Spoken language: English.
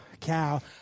cow